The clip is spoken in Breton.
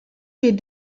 ket